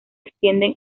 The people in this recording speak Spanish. extienden